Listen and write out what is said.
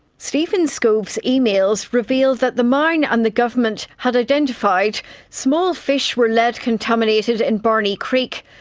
steven skov's emails reveal that the mine and the government had identified small fish were lead contaminated in barney creek,